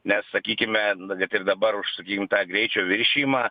nes sakykime kad ir dabar už sakykim tą greičio viršijimą